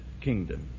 kingdom